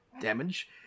damage